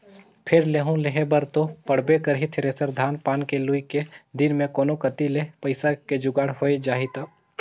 फेर लेहूं लेहे बर तो पड़बे करही थेरेसर, धान पान के लुए के दिन मे कोनो कति ले पइसा के जुगाड़ होए जाही त